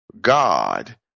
God